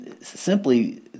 simply